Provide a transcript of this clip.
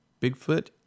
Bigfoot